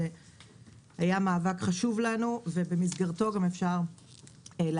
זה היה מאבק חשוב לנו ובמסגרתו גם אפשר להכניס